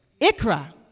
Ikra